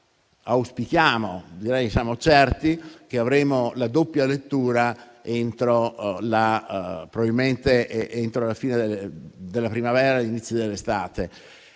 auspichiamo, direi che siamo certi che avremo la doppia lettura entro la fine della primavera o all'inizio dell'estate.